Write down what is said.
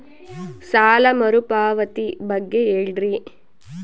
ಸಾಲ ಮರುಪಾವತಿ ಬಗ್ಗೆ ಹೇಳ್ರಿ?